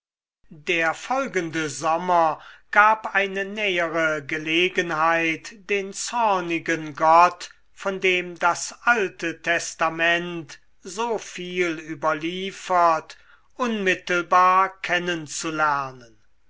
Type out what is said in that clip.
der folgende sommer gab eine nähere gelegenheit den zornigen gott von dem das alte testament so viel überliefert unmittelbar